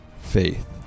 faith